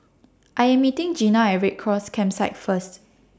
I Am meeting Gina At Red Cross Campsite First